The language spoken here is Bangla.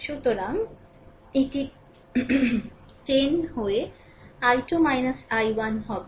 সুতরাং এটি 10 হয়ে I2 I1 হবে